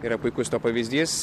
yra puikus to pavyzdys